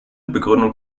begründung